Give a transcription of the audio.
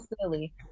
silly